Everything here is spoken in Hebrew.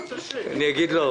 אני אגיד לו?